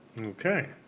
Okay